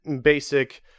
basic